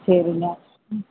சரிங்க ம்